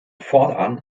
fortan